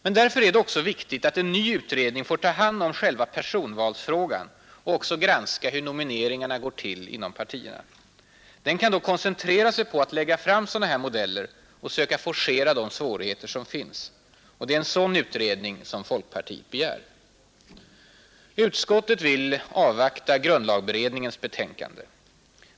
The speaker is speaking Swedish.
Men därför är det också viktigt att en ny utredning får ta hand om själva personvalsfrågan och också granska hur nomineringarna går till inom partierna. Den kan då koncentrera sig på att lägga fram sådana här modeller och försöka forcera de svårigheter som finns. Det är en sådan utredning som folkpartiet begär. Utskottet vill avvakta grundlagberedningens betänkande.